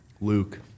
Luke